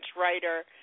writer